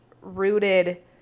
rooted